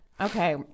Okay